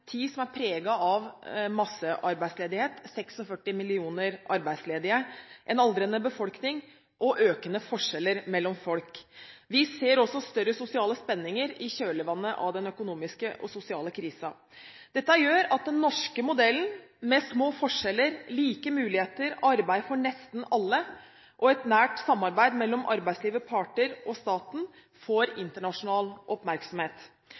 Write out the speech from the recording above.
som er preget av massearbeidsledighet – 46 millioner arbeidsledige – en aldrende befolkning og økende forskjeller mellom folk. Vi ser også større sosiale spenninger i kjølvannet av den økonomiske og sosiale krisen. Dette gjør at den norske modellen med små forskjeller, like muligheter, arbeid for nesten alle og et nært samarbeid mellom arbeidslivets parter og staten får internasjonal oppmerksomhet.